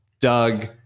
Doug